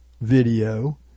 video